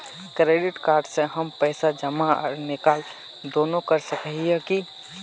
Credit card से हम पैसा जमा आर निकाल दोनों कर सके हिये की?